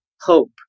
hope